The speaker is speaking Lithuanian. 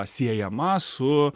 siejama su